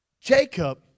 Jacob